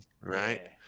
right